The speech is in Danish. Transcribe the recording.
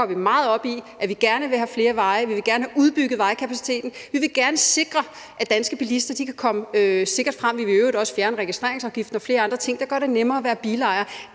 vi meget op i, at vi gerne vil have flere veje, at vi gerne vil have udbygget vejkapaciteten. Vi vil gerne sikre, at danske bilister kan komme sikkert frem. Vi vil i øvrigt også fjerne registreringsafgiften og gøre flere andre ting, der gør det nemmere at være bilejer.